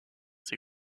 ses